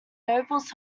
nobles